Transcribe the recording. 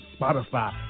Spotify